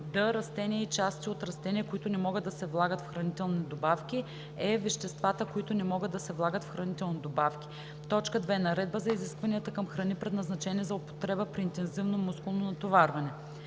д) растенията и частите от растения, които не могат да се влагат в хранителни добавки; е) веществата, които не могат да се влагат в хранителни добавки; 2. наредба за изискванията към храни, предназначени за употреба при интензивно мускулно натоварване.“